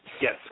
Yes